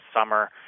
summer